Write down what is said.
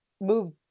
move